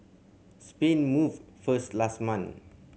Spain moved first last month